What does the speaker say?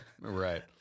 Right